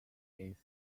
its